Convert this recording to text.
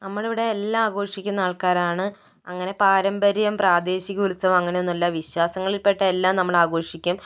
നമ്മളിവിടെ എല്ലാം ആഘോഷിക്കുന്ന ആള്ക്കാരാണ് അങ്ങനെ പാരമ്പര്യം പ്രാദേശിക ഉത്സവം അങ്ങനെയൊന്നും അല്ല വിശ്വാസങ്ങളില് പെട്ട എല്ലാം നമ്മള് ആഘോഷിക്കും